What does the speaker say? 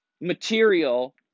material